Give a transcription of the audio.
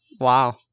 wow